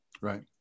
Right